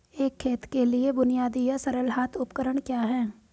एक खेत के लिए बुनियादी या सरल हाथ उपकरण क्या हैं?